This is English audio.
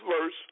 verse